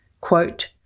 Quote